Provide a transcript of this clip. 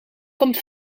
komt